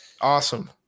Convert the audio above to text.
Awesome